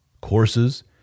courses